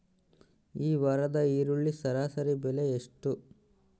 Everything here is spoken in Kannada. ಈ ವಾರದ ಈರುಳ್ಳಿ ಸರಾಸರಿ ಬೆಲೆ ಎಷ್ಟು?